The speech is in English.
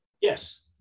Yes